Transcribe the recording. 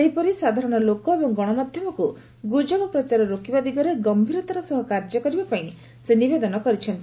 ସେହିପରି ସାଧାରଣ ଲୋକ ଏବଂ ଗଣମାଧ୍ୟମକୁ ଗୁଜବ ପ୍ରଚାର ରୋକିବା ଦିଗରେ ଗମ୍ଭୀରତାର ସହ କାର୍ଯ୍ୟ କରିବା ପାଇଁ ସେ ନିବେଦନ କରିଛନ୍ତି